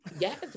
Yes